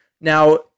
Now